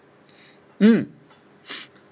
mm